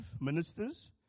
ministers